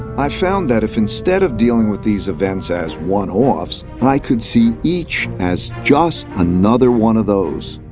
i found that if instead of dealing with these events as one-offs, i could see each as just another one of those,